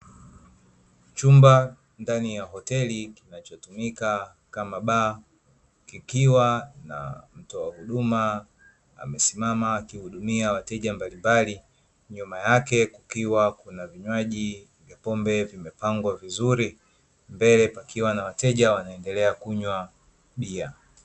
Chumba ndani ya hoteli kinachotumika kama baa, kikiwa na mtoa huduma amesimama akihudumia wateja mbalimbali, nyuma yake kukiwa kuna vinywaji vya pombe vimepangwa vizuri, mbele pakiwa na wateja wanaendelea kunywa bia.